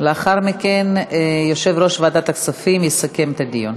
לאחר מכן, יושב-ראש ועדת הכספים יסכם את הדיון.